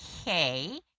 okay